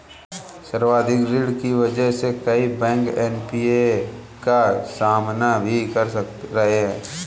संवर्धित ऋण की वजह से कई बैंक एन.पी.ए का सामना भी कर रहे हैं